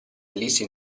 ellissi